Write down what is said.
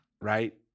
right